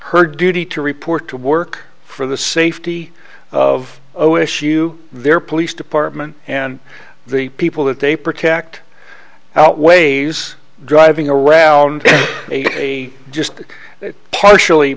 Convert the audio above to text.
her duty to report to work for the safety of o s u their police department and the people that they protect outweighs driving around a just partially